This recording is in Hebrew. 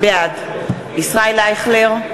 בעד ישראל אייכלר,